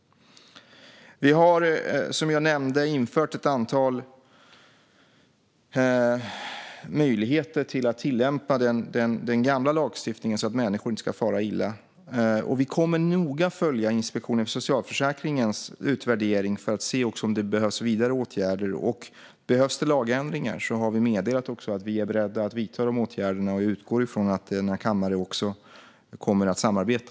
Som jag nämnde har vi infört ett antal möjligheter att tillämpa den gamla lagstiftningen så att människor inte ska fara illa. Vi kommer att noga följa Inspektionen för socialförsäkringars utvärdering för att se om det behövs vidare åtgärder. Om det behövs lagändringar har vi meddelat att vi är beredda att vidta åtgärder, och jag utgår från att kammaren då kommer att samarbeta.